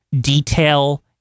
detail